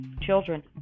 children